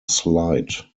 slight